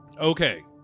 Okay